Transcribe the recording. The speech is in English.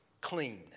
clean